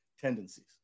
tendencies